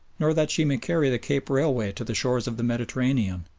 nor that she may carry the cape railway to the shores of the mediterranean.